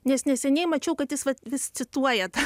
nes neseniai mačiau kad jis vis cituoja tą